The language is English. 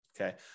okay